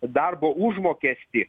darbo užmokestį